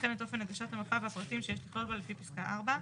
וכן את אופן הגשת המפה והפרטים שיש לכלול בה לפי פסקה (4).